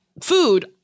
food